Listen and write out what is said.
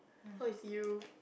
oh is you